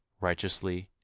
righteously